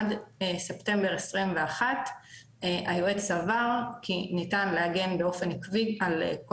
עד ספטמבר 2021 היועץ סבר כי ניתן להגן באופן עקבי על כל